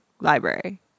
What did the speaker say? library